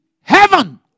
heaven